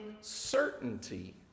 certainty